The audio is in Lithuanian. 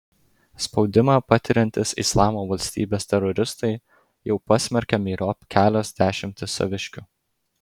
spaudimą patiriantys islamo valstybės teroristai jau pasmerkė myriop kelias dešimtis saviškių